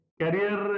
career